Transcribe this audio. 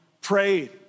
prayed